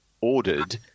ordered